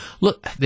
Look